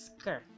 skirt